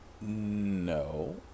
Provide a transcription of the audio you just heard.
No